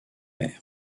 mère